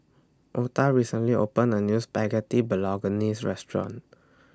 Otha recently opened A New Spaghetti Bolognese Restaurant